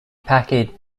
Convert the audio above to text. package